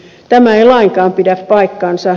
tämä ei lainkaan pidä paikkaansa